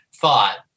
thought